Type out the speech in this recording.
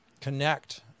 connect